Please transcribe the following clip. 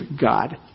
God